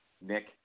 Nick